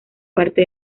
parte